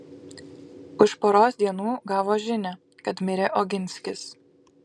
už poros dienų gavo žinią kad mirė oginskis